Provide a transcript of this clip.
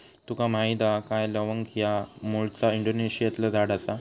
तुका माहीत हा काय लवंग ह्या मूळचा इंडोनेशियातला झाड आसा